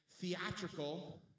Theatrical